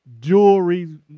jewelry